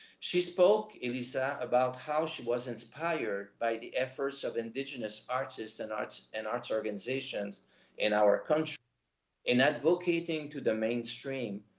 she spoke, elisa, about how she was inspired by the efforts of indigenous artists and arts, and arts organizations in our country in advocating to the mainstream,